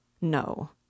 No